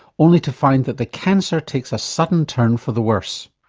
only to find that the cancer takes a sudden turn for the worse.